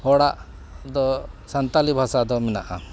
ᱦᱚᱲᱟᱜ ᱫᱚ ᱥᱟᱱᱛᱟᱞᱤ ᱵᱷᱟᱥᱟ ᱫᱚ ᱢᱮᱱᱟᱜᱼᱟ